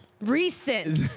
recent